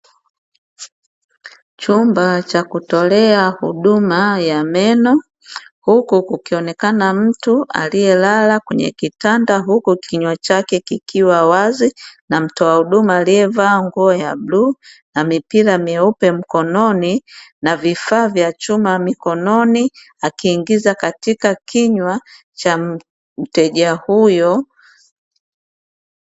Chumba cha kutolea huduma ya meno huku kukionekana mtu aliyelala kwenye kitanda huku kinywa chake kikiwa wazi na mtoa huduma aliyevaa nguo ya bluu na mipira myeupe mkononi na vifaa vya chuma mikononi akiingiza katika kinywa cha mteja huyo.